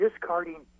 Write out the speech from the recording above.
discarding